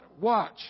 Watch